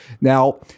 Now